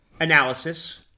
analysis